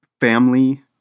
family